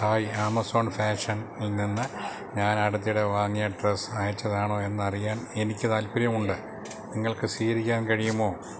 hi Amazon Fashion നിന്ന് ഞാൻ അടുത്തിടെ വാങ്ങിയ ഡ്രസ്സ് അയച്ചതാണോ എന്നറിയാൻ എനിക്ക് താൽപ്പര്യമുണ്ട് നിങ്ങൾക്ക് സ്ഥിരീകരിക്കാൻ കഴിയുമോ